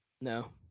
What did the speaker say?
No